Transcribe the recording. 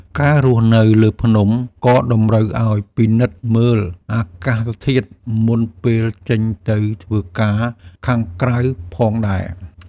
ការរស់នៅលើភ្នំ ក៏តម្រូវឲ្យពិនិត្យមើលអាកាសធាតុមុនពេលចេញទៅធ្វើការខាងក្រៅផងដែរ។